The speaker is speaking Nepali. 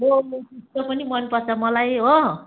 टोलङको पनि मन पर्छ मलाई हो